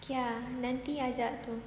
okay ah nanti ajak tu